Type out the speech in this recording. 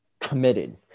committed